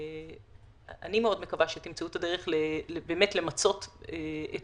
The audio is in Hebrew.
ואני מאוד מקווה שתמצאו את הדרך למצות את